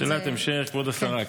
שאלת המשך, כבוד השרה.